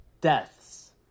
deaths